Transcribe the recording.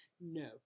No